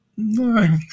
No